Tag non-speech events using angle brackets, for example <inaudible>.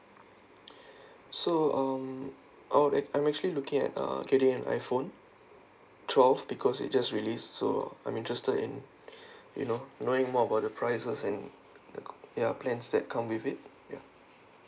<breath> so um I'm I'm actually looking at uh getting an iphone twelve because it just really so I'm interested in <breath> you know knowing more about the prices and the ya plans that come with it ya